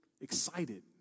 excited